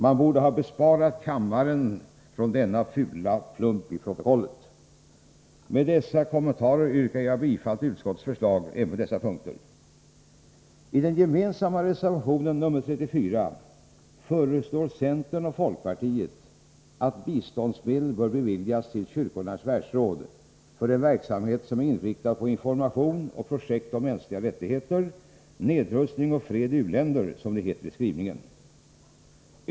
Han borde ha besparat kammaren denna fula plump i protokollet. Med dessa kommentarer yrkar jag bifall till utskottets förslag även på dessa punkter. I den gemensamma reservationen nr 34 föreslår centern och folkpartiet att biståndsmedel bör beviljas till Kyrkornas världsråd för den ”verksamhet som ärinriktad på information och projekt om mänskliga rättigheter, nedrustning och fred i u-länder”, som det heter i skrivningen.